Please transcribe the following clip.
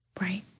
Right